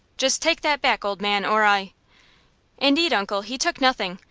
just take that back, old man, or i indeed, uncle, he took nothing,